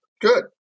good